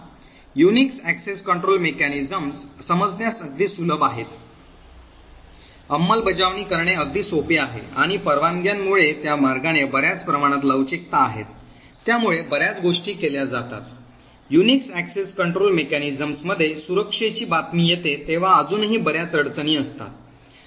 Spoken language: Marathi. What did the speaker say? युनिक्स access control mechanisms समजण्यास अगदी सुलभ आहेत अंमलबजावणी करणे अगदी सोपे आहे आणि परवानग्या मुळे त्या मार्गाने बर्याच प्रमाणात लवचिकता आहेत त्यामुळे बऱ्याच गोष्टी केल्या जातात Unix access control mechanisms मध्ये सुरक्षेची बातमी येते तेव्हा अजूनही बर्याच अडचणी असतात